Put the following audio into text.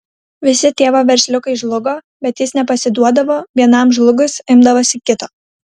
visi tėvo versliukai žlugo bet jis nepasiduodavo vienam žlugus imdavosi kito